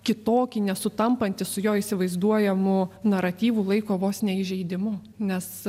kitokį nesutampantį su jo įsivaizduojamu naratyvu laiko vos ne įžeidimu nes